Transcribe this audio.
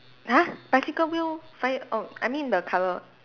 !huh! bicycle wheel fire oh I mean the colour